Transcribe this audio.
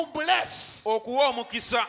bless